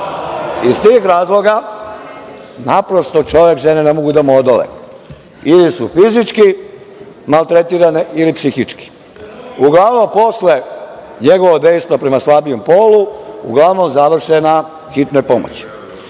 Iz tih razloga, naprosto žene ne mogu da mu odole. Ili su fizički maltretirane ili psihički. Uglavnom, posle njegovog dejstva prema slabijem polu uglavnom završe na hitnoj pomoći.